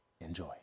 enjoy